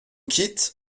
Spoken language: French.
quittes